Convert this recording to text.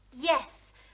Yes